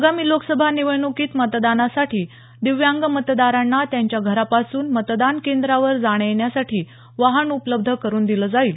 आगामी लोकसभा निवडण्कीत मतदानासाठी दिव्यांग मतदारांना त्यांच्या घरापासून मतदान केंद्रावर जाण्या येण्यासाठी वाहन उपलब्ध करून दिलं जाईल